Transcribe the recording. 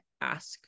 ask